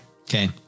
Okay